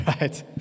right